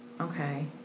okay